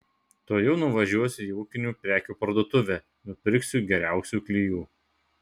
tuojau nuvažiuosiu į ūkinių prekių parduotuvę nupirksiu geriausių klijų